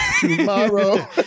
tomorrow